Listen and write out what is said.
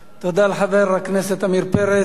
תודה לחבר הכנסת עמיר פרץ.